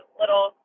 little